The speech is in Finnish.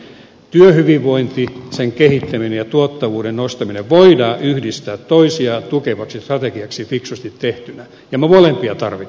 työhyvinvointi sen kehittäminen ja tuottavuuden nostaminen voidaan yhdistää toisiaan tukevaksi strategiaksi fiksusti tehtynä ja me molempia tarvitsemme